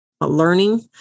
learning